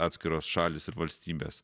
atskiros šalys ir valstybės